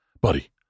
buddy